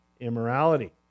immorality